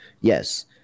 Yes